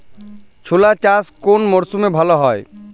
ছোলা চাষ কোন মরশুমে ভালো হয়?